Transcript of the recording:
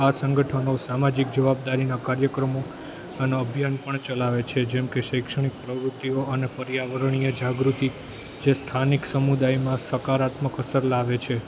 આ સંગઠનો સામાજિક જવાબદારીના કાર્યક્રમો અને અભિયાન પણ ચલાવે છે જેમકે શૈક્ષણિક પ્રવૃત્તિઓ અને પર્યાવરણીય જાગૃતિ જે સ્થાનિક સમુદાયમાં સકારાત્મક અસર લાવે છે